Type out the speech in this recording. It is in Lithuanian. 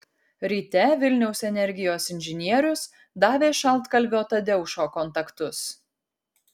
ryte vilniaus energijos inžinierius davė šaltkalvio tadeušo kontaktus